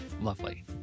lovely